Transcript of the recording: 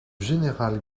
général